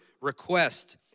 request